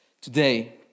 today